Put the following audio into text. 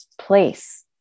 place